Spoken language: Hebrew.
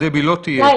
דבי לא תהיה.